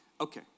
Okay